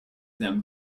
them